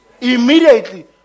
Immediately